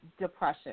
depression